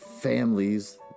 Families